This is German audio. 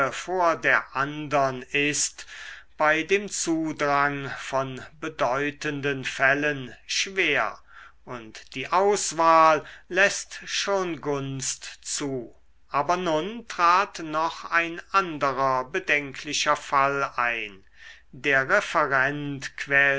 vor der andern ist bei dem zudrang von bedeutenden fällen schwer und die auswahl läßt schon gunst zu aber nun trat noch ein anderer bedenklicher fall ein der referent quälte